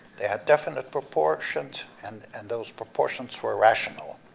they had definite proportions, and and those proportions were rational.